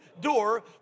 door